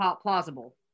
plausible